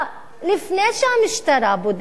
לפני שהמשטרה בודקת,